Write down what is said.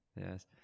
Yes